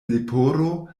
leporo